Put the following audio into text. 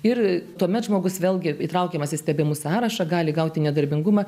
ir tuomet žmogus vėlgi įtraukiamas į stebimų sąrašą gali gauti nedarbingumą